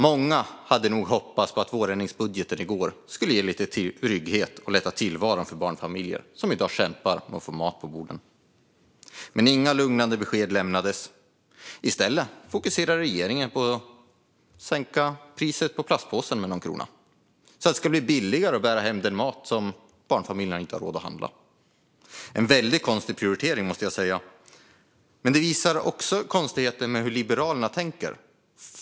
Många hade nog hoppats på att vårändringsbudgeten i går skulle ge lite mer trygghet och göra tillvaron lättare för barnfamiljer som i dag kämpar med att få mat på borden, men inga lugnande besked lämnades. I stället fokuserar regeringen på att sänka priset på plastpåsar med någon krona så att det ska bli billigare att bära hem den mat som barnfamiljerna inte har råd att handla. Det är en väldigt konstig prioritering, måste jag säga, men det visar på konstigheterna i hur Liberalerna tänker.